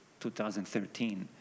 2013